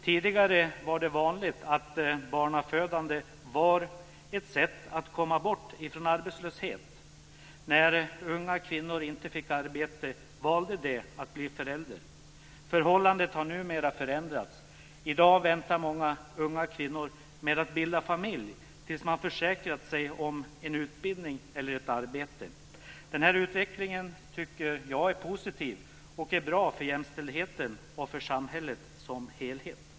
Tidigare var det vanligt att barnafödande var ett sätt att komma bort från arbetslöshet. När unga kvinnor inte fick arbete valde de att bli förälder. Förhållandet har numera förändrats. I dag väntar många unga kvinnor med att bilda familj tills man försäkrat sig om en utbildning eller ett arbete. Jag tycker att denna utveckling är positiv och att den är bra för jämställdheten och för samhället som helhet.